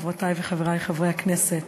חברותי וחברי חברי הכנסת,